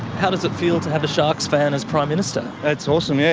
how does it feel to have a sharks fan as prime minister? it's awesome. yeah